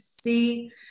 see